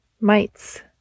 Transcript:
mites